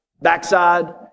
Backside